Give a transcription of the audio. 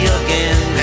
again